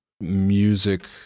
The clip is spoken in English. Music